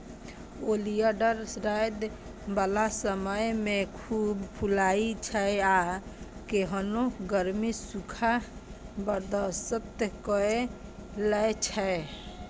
oleander रौद बला समय मे खूब फुलाइ छै आ केहनो गर्मी, सूखा बर्दाश्त कए लै छै